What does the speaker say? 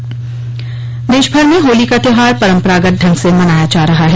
होली की धम देशभर होली का त्यौहार परम्परागत ढंग से मनाया जा रहा है